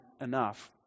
enough